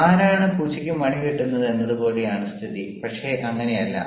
ആരാണ് പൂച്ചയ്ക്ക് മണി കെട്ടുന്നത് എന്നതുപോലെയാണ് സ്ഥിതി പക്ഷേ അങ്ങനെയല്ല